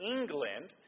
England